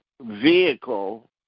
vehicle